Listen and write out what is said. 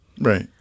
Right